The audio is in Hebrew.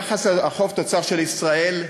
יחס החוב תוצר של ישראל,